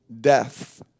death